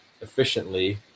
efficiently